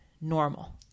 normal